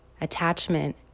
attachment